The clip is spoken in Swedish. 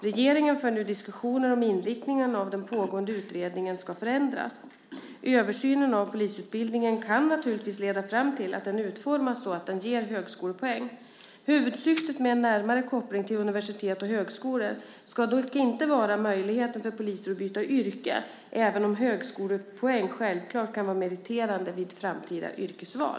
Regeringen för nu diskussioner om inriktningen av den pågående utredningen ska förändras. Översynen av polisutbildningen kan naturligtvis leda fram till att den utformas så att den ger högskolepoäng. Huvudsyftet med en närmare koppling till universitet och högskolor ska dock inte vara att öka möjligheterna för poliser att byta yrke, även om högskolepoäng självklart kan vara meriterande vid framtida yrkesval.